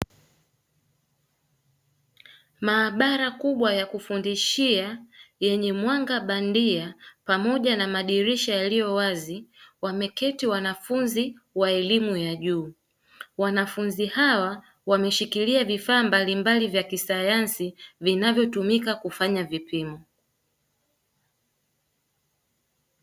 Maabara kubwa ya kufundishia yenye mwanga bandia pamoja na madirisha yaliyo wazi, wameketi wanafunzi wa elimu ya juu. Wanafunzi hawa wameshikilia vifaa mbalimbali vya kisayansi vinavyotumika kufanya vipimo.